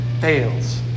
fails